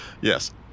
Yes